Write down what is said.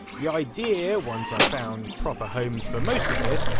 the idea once i've found proper homes for most of this,